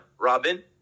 Robin